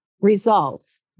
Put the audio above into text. results